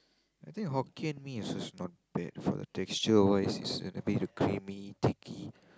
I think Hokkien-Mee is also not bad for the texture wise is a bit of creamy thicky